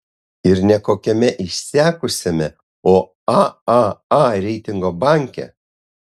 ir ne kokiame išsekusiame o aaa reitingo banke